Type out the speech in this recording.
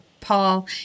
Paul